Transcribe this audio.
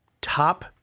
top